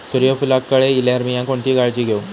सूर्यफूलाक कळे इल्यार मीया कोणती काळजी घेव?